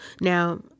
Now